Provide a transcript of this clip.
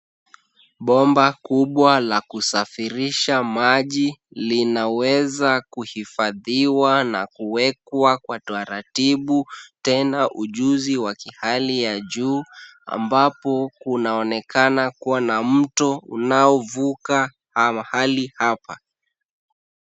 Bomba kubwa la kusafirisha maji linaweza kuhifadhiwa na kuwekwa kwa utaratibu tena ujuzi wa kihali ya juu, ambapo kunaonekana kuwa na mto unaovuka mahali hapa.